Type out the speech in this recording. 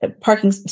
parking